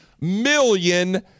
million